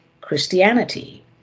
Christianity